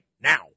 now